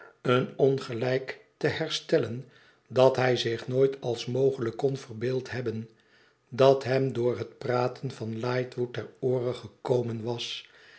een ongelijk te herstellen dat hij zich nooit als mogelijk kon verheeld hebben dat hem door het praten van lightwood ter oore gekomen was